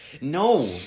No